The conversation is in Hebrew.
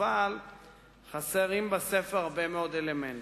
אבל חסרים בספר הרבה מאוד אלמנטים.